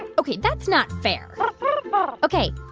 and ok. that's not fair ah ok.